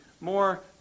more